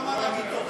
חוק הכרה אזרחית